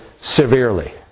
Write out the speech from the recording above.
severely